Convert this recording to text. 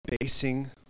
basing